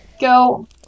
go